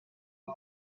was